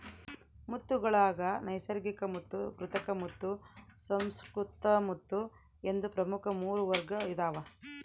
ಮುತ್ತುಗುಳಾಗ ನೈಸರ್ಗಿಕಮುತ್ತು ಕೃತಕಮುತ್ತು ಸುಸಂಸ್ಕೃತ ಮುತ್ತು ಎಂದು ಪ್ರಮುಖ ಮೂರು ವರ್ಗ ಇದಾವ